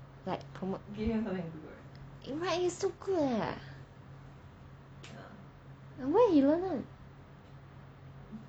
like promote eh right he's so good leh where he learn [one]